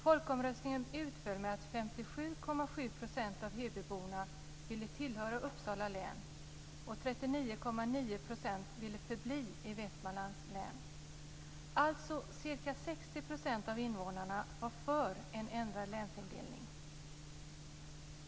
Folkomröstningens utfall blev att 57,7 % av hebyborna ville tillhöra Uppsala län och 39,9 % ville förbli i Västmanlands län. Alltså var ca 60 % av invånarna för en ändrad länsindelning.